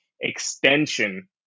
extension